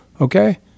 okay